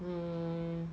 mm